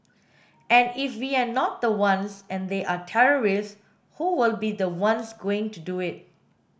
and if we're not the ones and there are terrorists who will be the ones going to do it